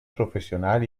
professional